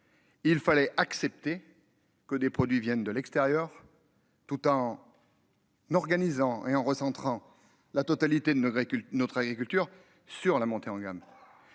Il fallait accepter que des produits viennent de l'extérieur. Tout temps. En organisant et en recentrant la totalité de nos véhicules notre agriculture sur la montée en gamme.